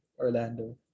Orlando